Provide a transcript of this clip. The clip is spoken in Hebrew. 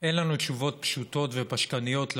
שאין לנו תשובות פשוטות ופשטניות על